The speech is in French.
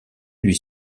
lui